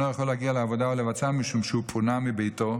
יכול להגיע לעבודה או לבצעה משום שהוא פונה מביתו,